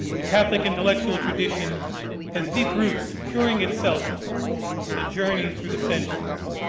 the catholic intellectual tradition has deep roots securing itself in the journey through the centuries.